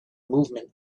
movement